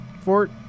Fort